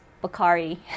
Bakari